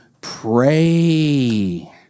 Pray